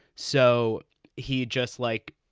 so he just, like,